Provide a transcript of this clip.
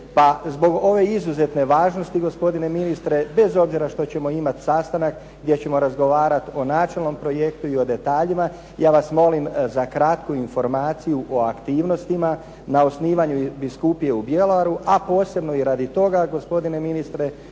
zbog ove izuzetne važnosti gospodine ministre bez obzira što ćemo imati sastanak gdje ćemo razgovarati o načelnom projektu i o detaljima ja vas molim za kratku informaciju o aktivnostima na osnivanju biskupije u Bjelovaru a posebno i radi toga gospodine ministre